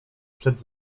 przed